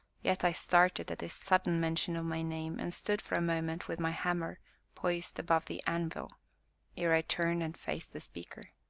yet i started at this sudden mention of my name and stood for a moment with my hammer poised above the anvil ere i turned and faced the speaker.